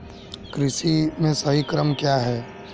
कृषि में सही क्रम क्या है?